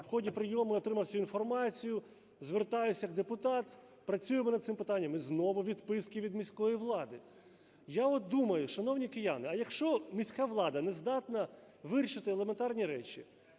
в ході прийому я отримав цю інформацію. Звертаюсь як депутат, працюємо над цим питанням – і знову відписки від міської влади. Я от, думаю, шановні кияни, а якщо міська влада нездатна вирішити елементарні речі?